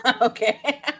Okay